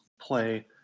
play